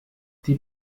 die